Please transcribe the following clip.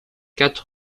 quatre